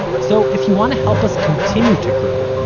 so if you want to help us continue to grow,